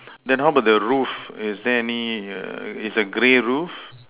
then how about the roof is there any err it's a grey roof